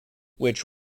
which